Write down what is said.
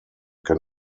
can